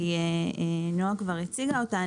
כי נעה כבר הציגה אותה.